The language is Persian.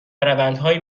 روندهایی